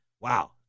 wow